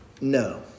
No